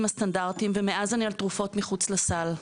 הסטנדרטיים ומאז אני על תרופות מחוץ לסל,